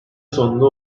sonunda